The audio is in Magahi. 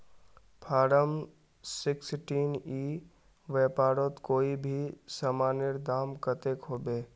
फारम सिक्सटीन ई व्यापारोत कोई भी सामानेर दाम कतेक होबे?